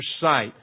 sight